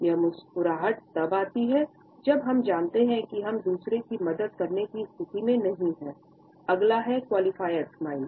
यह मुस्कुराहट तब आती है जब हम जानते हैं कि हम दूसरे की मदद करने की स्थिति में नहीं हैं अगला है क्वालिफायर स्माइल